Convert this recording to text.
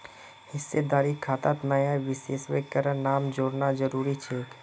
हिस्सेदारी खातात नया निवेशकेर नाम जोड़ना जरूरी छेक